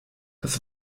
das